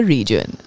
Region।